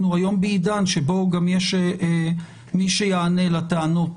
אנחנו היום בעידן שבו גם יש מי שיענה לטענות